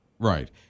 Right